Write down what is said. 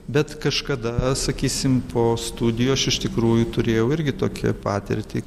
bet kažkada sakysim po studijų aš iš tikrųjų turėjau irgi tokią patirtį